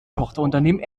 tochterunternehmen